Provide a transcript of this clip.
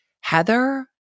Heather